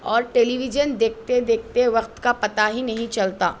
اور television دیکھتے دیکھتے وقت کا پتہ ہی نہیں چلتا